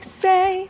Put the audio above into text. say